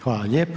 Hvala lijepa.